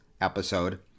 episode